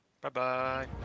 Bye-bye